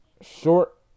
short